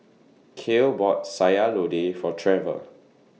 Kael bought Sayur Lodeh For Treva